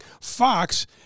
Fox